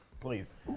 Please